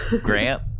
Grant